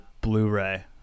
Blu-ray